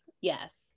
Yes